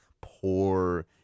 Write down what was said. poor